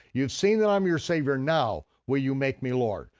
you've seen that i'm your savior, now will you make me lord?